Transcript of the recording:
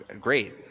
great